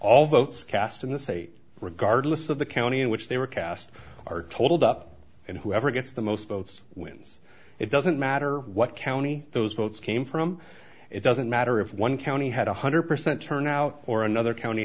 all votes cast in the state regardless of the county in which they were cast or totaled up and whoever gets the most votes wins it doesn't matter what county those votes came from it doesn't matter if one county had one hundred percent turnout or another county